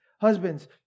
Husbands